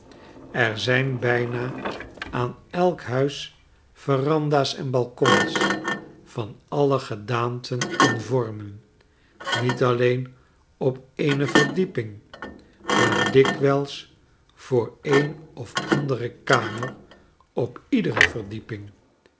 er zijn bijna aan elk huis veranda's en balkons van alle gedaanten en vormen niet alleen op eene verdieping maar dikwijls voor een of andere kamer op iedere verdieping